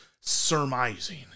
surmising